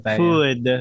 food